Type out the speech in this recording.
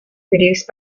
produced